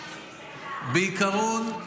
בעיקרון,